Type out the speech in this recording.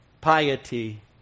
piety